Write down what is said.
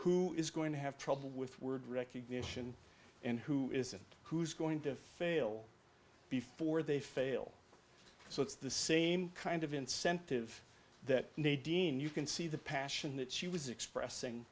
who is going to have trouble with word recognition and who isn't who's going to fail before they fail so it's the same kind of incentive that they dean you can see the passion that she was expressing